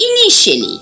initially